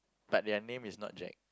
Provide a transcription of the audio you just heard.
but their name is not Jack